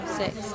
six